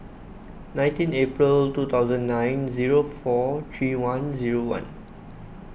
nineteen April two thousand nine zero four three one zero one